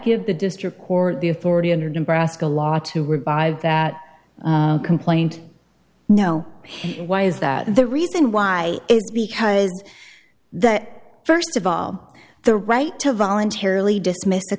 give the district court the authority under brassica law to revive that complaint no why is that the reason why is because that st of all the right to voluntarily dismiss